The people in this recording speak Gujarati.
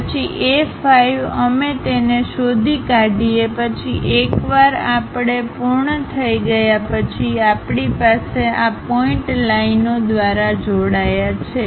પછી A 5 અમે તેને શોધી કાઢીએ પછી એકવાર આપણે પૂર્ણ થઈ ગયા પછી આપણી પાસે આ પોઇન્ટ લાઈનઓ દ્વારા જોડાયા છે